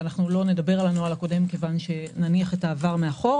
ולא נדבר עליו כי נניח את העבר מאחור